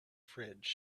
fridge